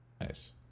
Nice